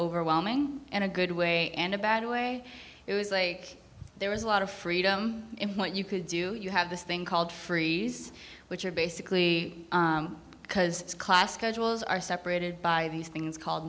overwhelming and a good way and a bad way it was like there was a lot of freedom in what you could do you have this thing called freeze which are basically because class schedules are separated by these things called